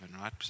right